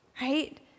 right